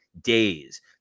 days